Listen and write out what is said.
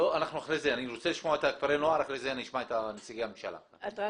זהבה אטרקצי,